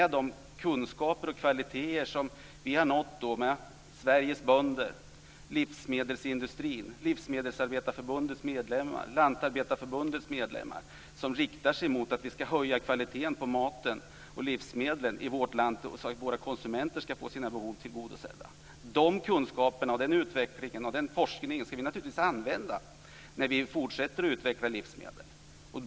De kunskaper och den utveckling och forskning som Sveriges bönder, livsmedelsindustrin, Livsmedelsarbetareförbundets medlemmar, Lantarbetareförbundets medlemmar har nått när det gäller att höja kvaliteten på maten skall naturligtvis användas när utvecklingen av livsmedel fortsätter.